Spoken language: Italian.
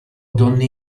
donne